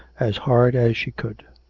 as hard as she could.